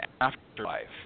afterlife